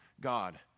God